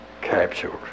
captured